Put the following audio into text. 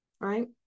right